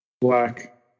Black